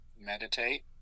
meditate